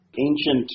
Ancient